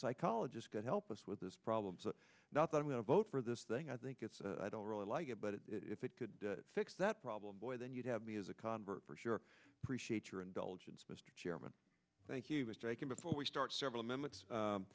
psychologist could help us with this problem not that i'm going to vote for this thing i think it's i don't really like it but if it could fix that problem boy then you'd have me as a convert for sure appreciate your indulgence mr chairman thank you mr i can before we start several minutes